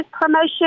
promotion